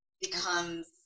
becomes